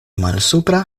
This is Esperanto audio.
malsupra